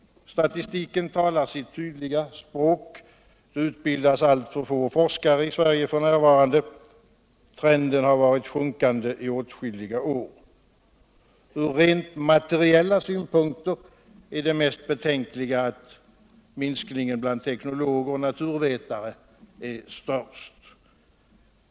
Statistiken talar sitt tydliga språk. Det utbildas alltför få forskare i Sverige f. n. Trenden har varit sjunkande i åtskilliga år. Ur rent materiella synpunkter är det mest betänkliga att minskningen 11 bland teknologer och naturvetare är störst.